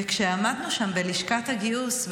וכשעמדנו שם בלשכת הגיוס,